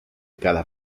cada